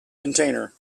container